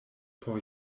por